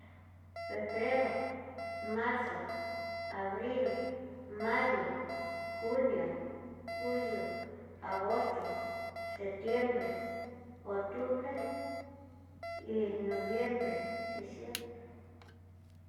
Fenbrero, marzo, abril, mayo, junio, julio, agosto, septiembre, ocutbre, y noviembre,